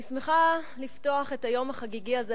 אני שמחה לפתוח את היום החגיגי הזה